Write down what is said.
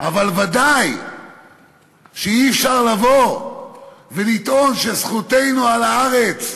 אבל ודאי שאי-אפשר לבוא ולטעון שזכותנו על הארץ,